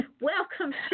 Welcome